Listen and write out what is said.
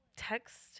Text